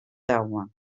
jaume